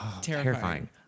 Terrifying